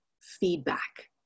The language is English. feedback